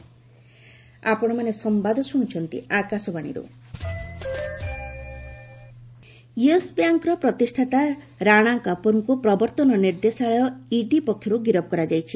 ED Rana Kapoor yes ବ୍ୟାଙ୍କର ପ୍ରତିଷ୍ଠାତା ରାଣା କପୁରଙ୍କୁ ପ୍ରବର୍ତ୍ତନ ନିର୍ଦ୍ଦେଶାଳୟ ଇଡିପକ୍ଷରୁ ଗିରଫ କରାଯାଇଛି